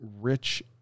rich